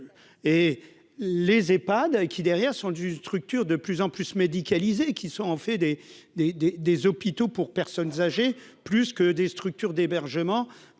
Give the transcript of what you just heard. et les Ephad qui, derrière, sont d'une structure de plus en plus médicalisées qui sont en fait des, des, des, des hôpitaux pour personnes âgées, plus que des structures d'hébergement,